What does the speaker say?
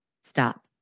stop